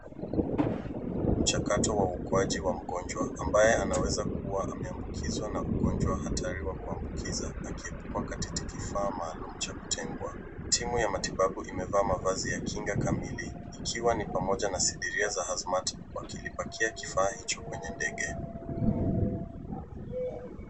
Mchakato wa uokoaji wa mgonjwa ambaye anaweza kuwa ameambukizwa na ugonjwa hatari wa kuambukiza akiwa katika kifaa maalum cha kutengwa. Timu ya matibabu imevaa mavazi ya kinga kamili, ikiwa ni pamoja na sindiria za azmati kwani kilibakia kifaa hicho kwenye ndege.